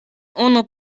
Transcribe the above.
unu